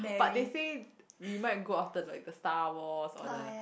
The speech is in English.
but they say we might go after like the Star Wars or the